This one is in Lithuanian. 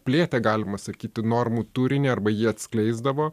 plėtė galima sakyti normų turinį arba jį atskleisdavo